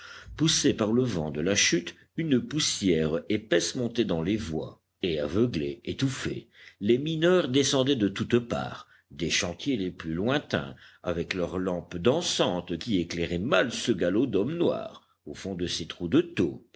poussée par le vent de la chute une poussière épaisse montait dans les voies et aveuglés étouffés les mineurs descendaient de toutes parts des chantiers les plus lointains avec leurs lampes dansantes qui éclairaient mal ce galop d'hommes noirs au fond de ces trous de taupe